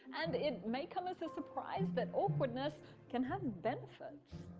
and it may come as a surprise that awkwardness can have benefits.